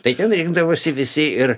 tai ten rinkdavosi visi ir